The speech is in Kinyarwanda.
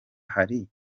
hari